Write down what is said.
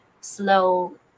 slow